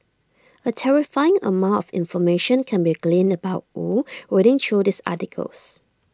A terrifying amount of information can be gleaned about wu reading through these articles